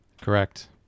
Correct